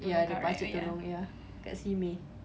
ya ada pakcik tolong ya kat simei